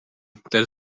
that